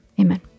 amen